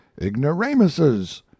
Ignoramuses